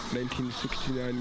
1969